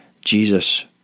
Jesus